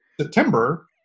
September